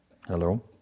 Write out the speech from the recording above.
hello